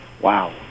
Wow